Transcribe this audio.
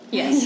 Yes